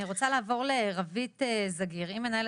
אני רוצה לעבור לרווית זגירי מנהלת